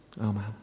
Amen